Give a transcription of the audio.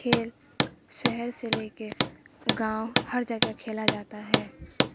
کھیل شہر سے لے کے گاؤں ہر جگہ کھیلا جاتا ہے